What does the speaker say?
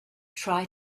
try